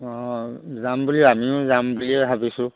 অঁ যাম বুলি আমিও যাম বুলিয়ে ভাবিছোঁ